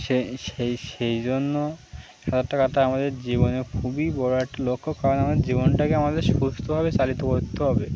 সে সেই সেই জন্য সাঁতার কাটাটা আমাদের জীবনে খুবই বড় একটা লক্ষ্য কারণ আমাদের জীবনটাকে আমাদের সুস্থভাবে চালিত করতে হবে